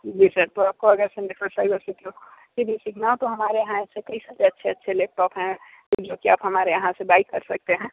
जी sir तो आपको अगर सब नेटवर्क साइबर सिक्योरिटी भी सीखना हो तो हमारे यहां ऐसे कई सारे अच्छे अच्छे लैपटॉप हैं जो कि आप हमारे यहां से बाय कर सकते हैं